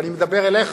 ואני מדבר אליך,